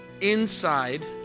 inside